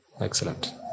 Excellent